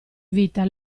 vita